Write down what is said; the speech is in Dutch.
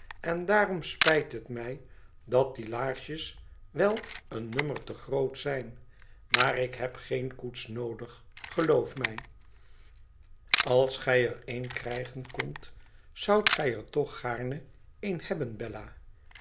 en daarom spijt het mij dat die laarsjes wel een nummer te groot zijn maar ik heb geen koets noodig geloof mij als gij er een krijgen kondt zoudt gij er toch gaarne een hebben bella